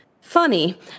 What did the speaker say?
Funny